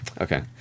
Okay